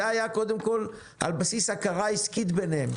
זה היה, קודם כול, על בסיס הכרה עסקית ביניהם.